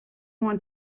want